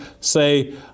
say